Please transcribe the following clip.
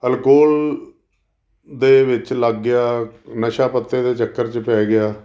alcohol ਦੇ ਵਿੱਚ ਲੱਗ ਗਿਆ ਨਸ਼ਾ ਪੱਤੇ ਦੇ ਚੱਕਰ 'ਚ ਪੈ ਗਿਆ